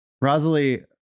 Rosalie